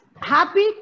happy